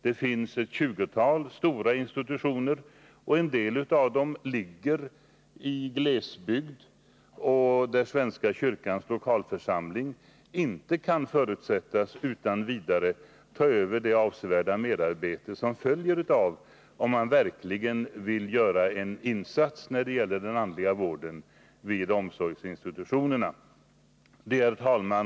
Det finns ett tjugotal sådana, och en del av dem finns i glesbygden. Där kan svenska kyrkans lokalförsamlingar inte utan vidare förutsättas ta på sig det avsevärda merarbete som det innebär att ta hand om den andliga vården vid dessa stora omsorgsinstitutioner. Herr talman!